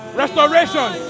restoration